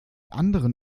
anderen